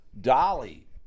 dolly